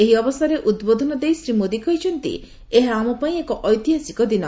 ଏହି ଅବସରରେ ଉଦ୍ବୋଧନ ଦେଇ ଶୀ ମୋଦି କହିଛନ୍ତି ଏହା ଆମ ପାଇଁ ଏକ ଐତିହାସିକ ଦିନ